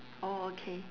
oh okay